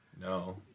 no